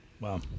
Wow